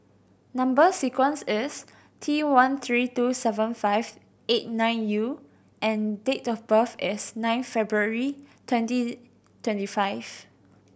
number sequence is T one three two seven five eight nine U and date of birth is nine February twenty twenty five